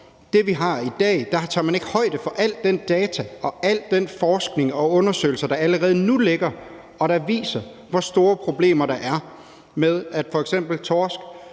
det, vi har i dag, tager man ikke højde for alle de data, al den forskning og de undersøgelser, der allerede nu ligger, og som viser, hvor store problemer der er med, at sælerne